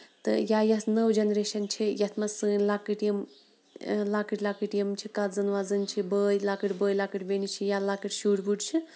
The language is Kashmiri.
تہٕ یا یۄسہٕ نٔو جنریشن چھیٚے یَتھ منٛز سٲنۍ لۄکٕٹۍ یِم لۄکٕٹۍ لۄکٕٹۍ یِم چھِ کَزِن وزِن چھِ بٲے لۄکٕٹۍ بٲے لۄکٕٹۍ بیٚنہِ چھِ یا لۄکٕٹۍ شُرۍ وُرۍ چھِ